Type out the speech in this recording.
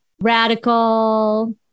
Radical